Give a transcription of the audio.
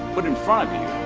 put in front of you,